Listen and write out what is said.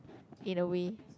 in a way